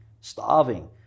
starving